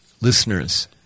listeners